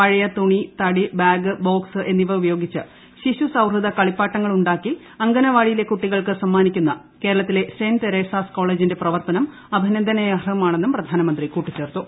പഴയ തുണി തടി ബാഗ് ബോക്സ് എന്നിവ ഉപയോഗിച്ച് ശിശു സൌഹൃദ കളിപ്പാട്ടങ്ങൾ ഉണ്ടാക്കി അംഗന വാടിയിലെ കുട്ടികൾക്ക് സമ്മാനിക്കുന്ന കേരളത്തിലെ സെന്റ് തെരേസാസ് കോളേജിന്റെ പ്രവർത്തനം അഭിനന്ദനീയമാണെന്നും പ്രധാനമന്ത്രി കൂട്ടിച്ചേർത്തു